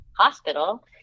hospital